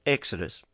Exodus